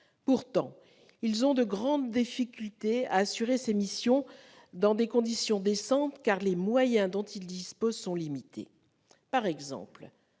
Pourtant, ils ont de grandes difficultés à assurer ces missions dans des conditions décentes, car les moyens dont ils disposent sont limités. Par exemple,